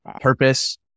purpose